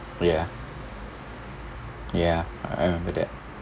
ya ya I remembered that